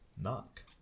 knock